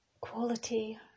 Quality